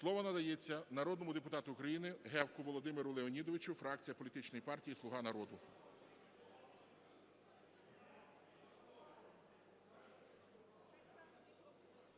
Слово надається народному депутату України Гевку Володимиру Леонідовичу, фракція політичної партії "Слуга народу".